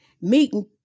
meeting